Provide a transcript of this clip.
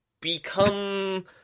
become